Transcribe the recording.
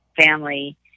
family